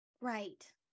right